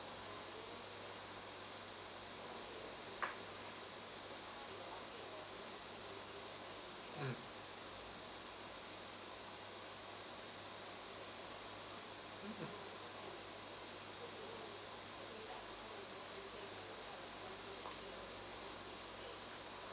mm